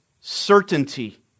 certainty